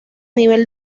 nivel